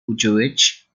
jewish